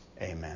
Amen